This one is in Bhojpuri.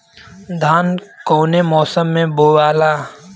धान कौने मौसम मे बोआला?